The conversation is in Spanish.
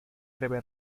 breve